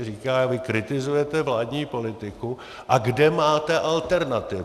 Říká: Vy kritizujete vládní politiku a kde máte alternativu?